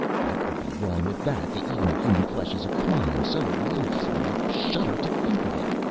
what would be wrong with that? the eating of human flesh is a crime so loathsome i shudder to think of it.